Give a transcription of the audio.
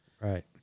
Right